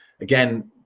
again